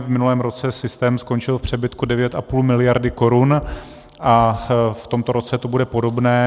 V minulém roce systém skončil v přebytku 9,5 mld. korun a v tomto roce to bude podobné.